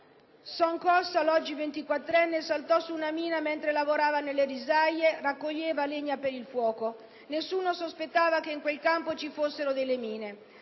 Song Kosal, oggi ventiquattrenne, saltò su una mina mentre lavorava nelle risaie e raccoglieva legna per il fuoco. Nessuno sospettava che in quel campo ci fossero delle mine.